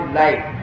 life